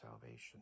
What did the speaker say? salvation